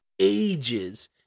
ages